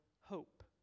hope